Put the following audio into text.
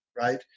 Right